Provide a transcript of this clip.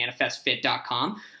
manifestfit.com